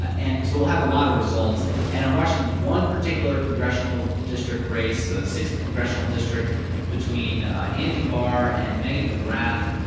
ah and so we'll have a lot of results and i'm watching this one particular congressional district race, the sixth congressional district between andy barr and megan mcgrath.